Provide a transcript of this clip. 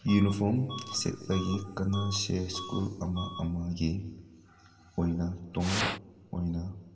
uniform ꯁꯦꯠꯄꯒꯤ ꯀꯅꯥꯁꯦ school ꯑꯃ ꯑꯃꯒꯤ ꯑꯣꯏꯅ ꯇꯣꯡꯉꯥꯟ ꯑꯣꯏꯅ